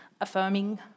affirming